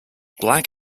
black